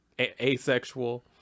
asexual